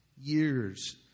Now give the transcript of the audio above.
years